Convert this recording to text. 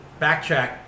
backtrack